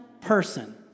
person